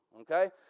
okay